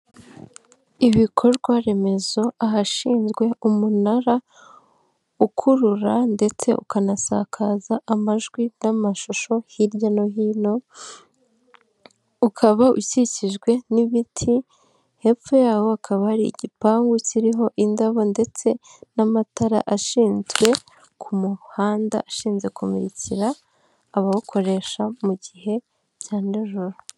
Ibikorwa remezo, ahashinzwe umunara ukurura ndetse ukanasakaza amajwi n'amashusho hirya no hino, ukaba ukikijwe n'ibiti, hepfo yawo hakaba hari igipangu kiriho indabo ndetse n'amatara ashinzwe ku muhanda ashinze kumurikira abawukoresha mu gihe cya nijoro.